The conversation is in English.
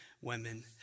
women